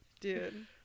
Dude